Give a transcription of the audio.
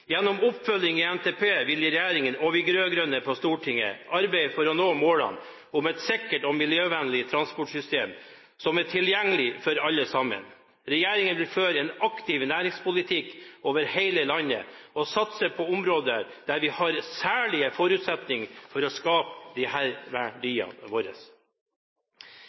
Gjennom oppfølging i NTP vil regjeringen og vi rød-grønne på Stortinget arbeide for å nå målene om et sikkert og miljøvennlig transportsystem som er tilgjengelig for alle. Regjeringen vil føre en aktiv næringspolitikk over hele landet og satse på områder der vi har særlige forutsetninger for å skape